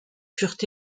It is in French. furent